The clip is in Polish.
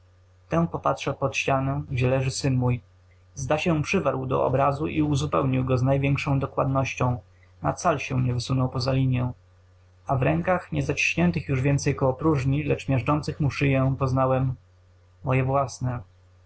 tępo patrzę pod ścianę gdzie leży syn mój zda się przywarł do obrazu i uzupełnił go z największą dokładnością na cal się nie wysunął poza linię a w rękach nie zaciśniętych już więcej koło próżni lecz miażdżących mu szyję poznałem moje własne